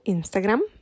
Instagram